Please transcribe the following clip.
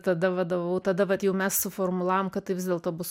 tada vadavau tada vat jau mes suformulavom kad tai vis dėlto bus